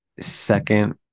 second